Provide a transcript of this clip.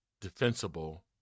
defensible